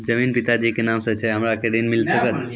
जमीन पिता जी के नाम से छै हमरा के ऋण मिल सकत?